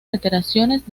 alteraciones